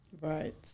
Right